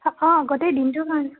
অঁ গোটেই দিনটোৰ কাৰণে